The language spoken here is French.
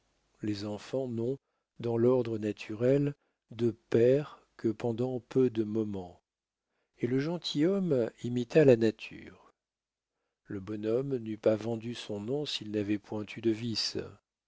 les enfants n'ont dans l'ordre naturel de père que pendant peu de moments et le gentilhomme imita la nature le bonhomme n'eût pas vendu son nom s'il n'avait point eu de vices